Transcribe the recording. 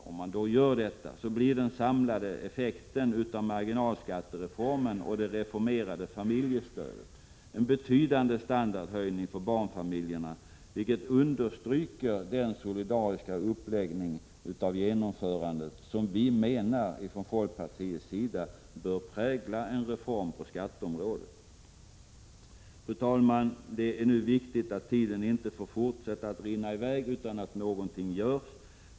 Om man gör så blir den samlade effekten av ” marginalskattereformen och det reformerade familjestödet en betydande standardhöjning för barnfamiljerna, vilket understryker den solidariska uppläggning av genomförandet som folkpartiet menar bör prägla en reform på skatteområdet. Fru talman! Det är nu viktigt att tiden inte får fortsätta att rinna i väg utan att någonting görs.